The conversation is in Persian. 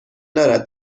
دارد